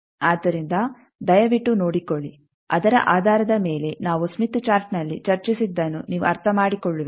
ಆದ್ದರಿಂದ ದಯವಿಟ್ಟು ನೋಡಿಕೊಳ್ಳಿ ಅದರ ಆಧಾರದ ಮೇಲೆ ನಾವು ಸ್ಮಿತ್ ಚಾರ್ಟ್ನಲ್ಲಿ ಚರ್ಚಿಸಿದ್ದನ್ನು ನೀವು ಅರ್ಥಮಾಡಿಕೊಳ್ಳುವಿರಿ